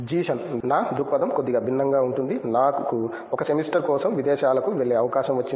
జీషన్ నా దృక్పథం కొద్దిగా భిన్నంగా ఉంటుంది నాకు ఒక సెమిస్టర్ కోసం విదేశాలకు వెళ్ళే అవకాశం వచ్చింది